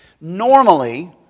Normally